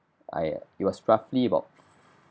I it was roughly about